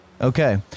Okay